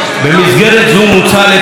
במסגרת זו מוצע לתקן,